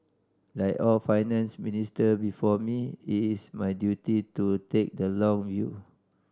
like all Finance Minister before me it is my duty to take the long view